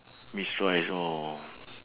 mix rice oh ya